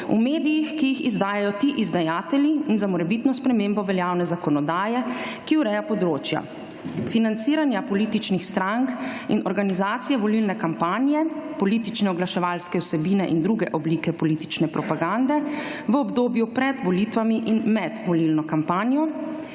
v medijih, ki jih izdajajo ti izdajatelji, in za morebitno spremembo veljavne zakonodaje, ki ureja področja: - financiranje političnih strank in organizacija volilne kampanje (politične oglaševalske vsebine in druge oblike politične propagande v obdobju pred volitvami in med volilno kampanjo),